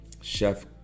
Chef